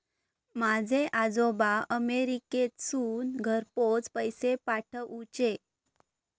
माझे आजोबा अमेरिकेतसून घरपोच पैसे पाठवूचे